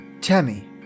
Tammy